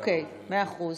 אוקיי, מאה אחוז.